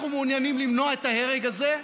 ואנחנו מעוניינים למנוע את ההרג הזה,